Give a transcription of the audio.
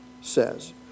says